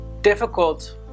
difficult